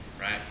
right